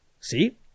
See